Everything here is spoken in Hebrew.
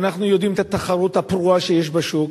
ואנחנו יודעים את התחרות הפרועה שיש בשוק,